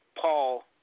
Paul